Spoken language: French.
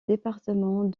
département